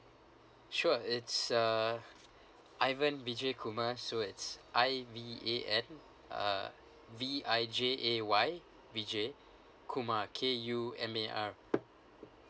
sure it's uh ivan vijay kumar so it's I V A N uh V I J A Y vijay kumar K U M A R